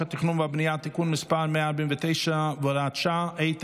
התכנון והבנייה (תיקון מס' 149 והוראת שעה),